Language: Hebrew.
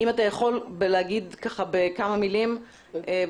אם אתה יכול לומר כמה מלים ולסכם.